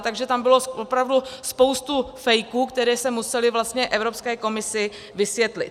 Takže tam bylo opravdu spoustu fejků, které se musely vlastně Evropské komisi vysvětlit.